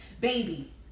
Baby